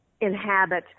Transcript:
inhabit